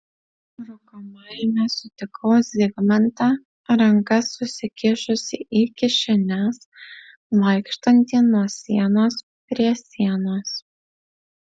rūkomajame sutikau zigmantą rankas susikišusį į kišenes vaikštantį nuo sienos prie sienos